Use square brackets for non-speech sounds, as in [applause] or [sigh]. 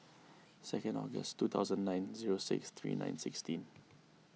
[noise] second August two thousand nine zero six three nine sixteen